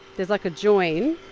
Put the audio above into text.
there's like a join